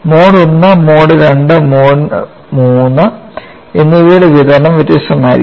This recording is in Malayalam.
mode I mode II mode III എന്നിവയുടെ വിതരണം വ്യത്യസ്തമായിരിക്കും